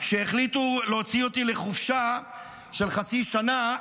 כשהחליטו להוציא אותי לחופשה של חצי שנה,